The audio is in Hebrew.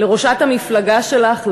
לראשת המפלגה שלך,